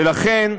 ולכן,